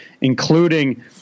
including